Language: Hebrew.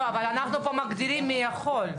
אבל יש הבדל בין משגיח לבעל תאגיד, נכון?